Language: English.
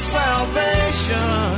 salvation